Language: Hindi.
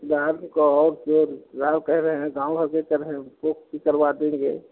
को फिर क्या कह रहे हैं गाँव में जो सब है उनको भी करवा देंगे